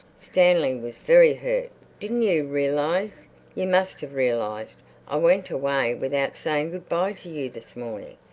stanley was very hurt didn't you realize you must have realized i went away without saying good-bye to you this morning?